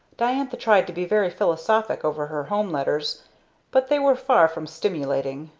diantha tried to be very philosophic over her home letters but they were far from stimulating.